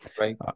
Right